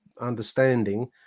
understanding